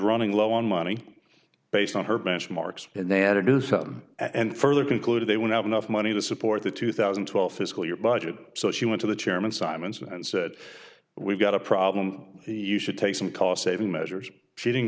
running low on money based on her benchmarks and they had a new system and further concluded they would have enough money to support the two thousand and twelve fiscal year budget so she went to the chairman simons and said we've got a problem you should take some cost saving measures sheeting